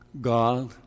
God